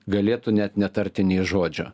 galėtų net netarti nei žodžio